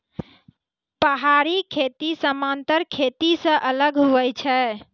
पहाड़ी खेती समान्तर खेती से अलग हुवै छै